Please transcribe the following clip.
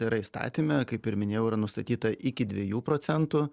yra įstatyme kaip ir minėjau yra nustatyta iki dviejų procentų